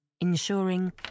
ensuring